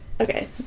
Okay